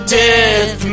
death